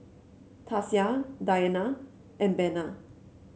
Tasia Dianna and Bena